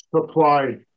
supply